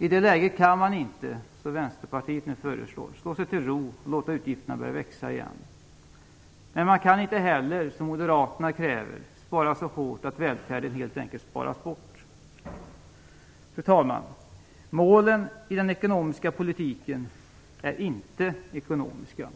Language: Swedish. I det läget kan man inte, som Vänsterpartiet nu föreslår, slå sig till ro och låta utgifterna återigen börja växa. Men man kan inte heller, som Moderaterna kräver, spara så hårt att välfärden helt enkelt sparas bort. Fru talman! Målen i den ekonomiska politiken är inte ekonomiska.